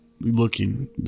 looking